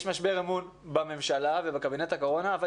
יש משבר אמון בממשלה ובקבינט הקורונה אבל